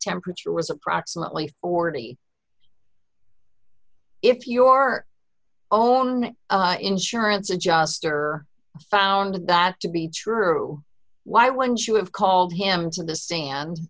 temperature was approximately forty if your own insurance adjuster found that to be true why one should have called him to the stand